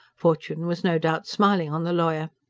fortune was no doubt smiling on the lawyer.